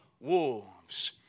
wolves